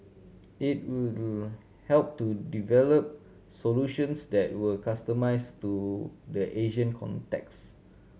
it will help to develop solutions that were customised to the Asian context